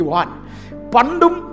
Pandum